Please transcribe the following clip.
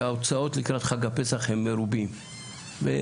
שהוצאות לקראת חג הפסח הם מרובים ועם